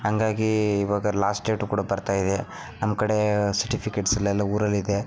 ಹಾಗಾಗಿ ಇವಾಗ last date ಕೂಡ ಬರ್ತಾಯಿದೆ ನನ್ನ ಕಡೆ ಸರ್ಟಿಫಿಕೇಟ್ಸಿಲ್ಲ ಎಲ್ಲ ಊರಲ್ಲಿದೆ